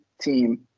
team